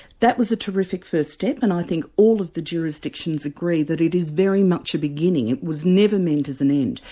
that was a terrific first step and i think all of the jurisdictions agree that it is very much a beginning, it was never meant as an end,